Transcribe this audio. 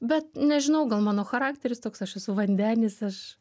bet nežinau gal mano charakteris toks aš esu vandenis aš